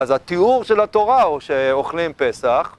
אז התיאור של התורה הוא שאוכלים פסח.